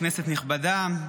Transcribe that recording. כנסת נכבדה,